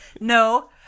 No